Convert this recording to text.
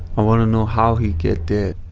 i want to know how he get dead.